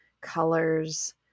colors